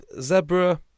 Zebra